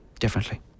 differently